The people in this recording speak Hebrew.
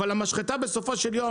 אבל המשחטה בסופו של יום,